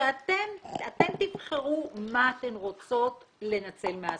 אתן תבחרו מה אתן רוצות לנצל מהסל.